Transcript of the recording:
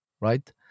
right